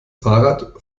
fahrrad